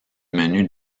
menus